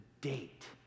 date